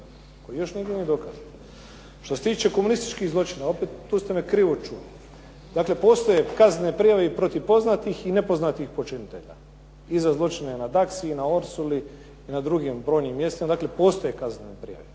Koji još nigdje nije dokazan. Što se tiče komunističkih zločina opet, tu ste me krivo čuli. Dakle postoje kaznene prijave i protiv poznatih i nepoznatih počinitelja i za zločine i na Daksi, i na Orsuli, i na drugim brojnim mjestima. Dakle postoje kaznene prijave.